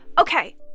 Okay